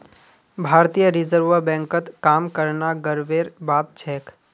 भारतीय रिजर्व बैंकत काम करना गर्वेर बात छेक